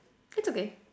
it's okay